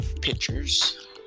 pictures